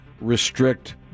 restrict